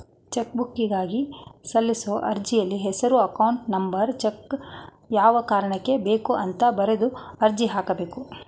ಚೆಕ್ಬುಕ್ಗಾಗಿ ಸಲ್ಲಿಸೋ ಅರ್ಜಿಯಲ್ಲಿ ಹೆಸರು ಅಕೌಂಟ್ ನಂಬರ್ ಚೆಕ್ಬುಕ್ ಯಾವ ಕಾರಣಕ್ಕೆ ಬೇಕು ಅಂತ ಬರೆದು ಅರ್ಜಿ ಹಾಕಬೇಕು